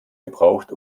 gebraucht